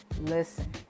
Listen